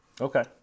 Okay